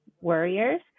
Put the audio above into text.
warriors